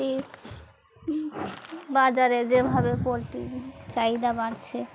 বাজারে যেভাবে পোল্ট্রির চাহিদা বাড়ছে